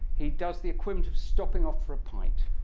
he does the equivalent of stopping off for a pint.